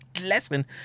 lesson